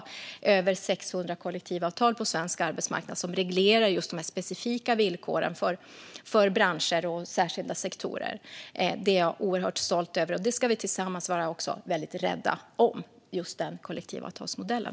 Det finns över 600 kollektivavtal på svensk arbetsmarknad, som reglerar de specifika villkoren för branscher och särskilda sektorer. Detta är jag oerhört stolt över, och vi ska tillsammans vara väldigt rädda om kollektivavtalsmodellen.